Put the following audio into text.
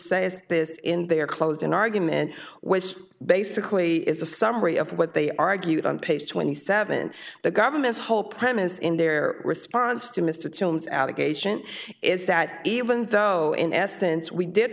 is this in their closing argument which basically is a summary of what they argued on page twenty seven the government's whole premise in their response to mr jones allegation is that even though in essence we did